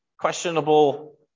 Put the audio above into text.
questionable